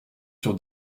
sur